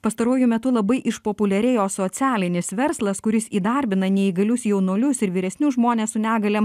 pastaruoju metu labai išpopuliarėjo socialinis verslas kuris įdarbina neįgalius jaunuolius ir vyresnius žmones su negalėm